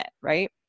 right